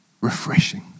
Refreshing